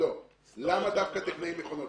למה דווקא טכנאי מכונות?